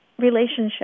relationship